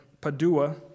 Padua